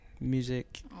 music